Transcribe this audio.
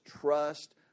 trust